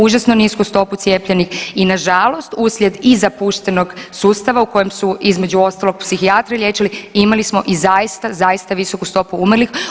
Užasno nisku stopu cijepljenih i na žalost uslijed i zapuštenog sustava u kojem su između ostalog psihijatri liječili imali smo i zaista, zaista visoku stopu umrlih.